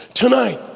Tonight